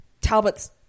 Talbot's